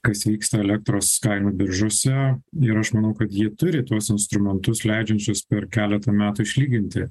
kas vyksta elektros kainų biržose ir aš manau kad ji turi tuos instrumentus leidžiančius per keletą metų išlyginti